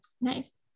nice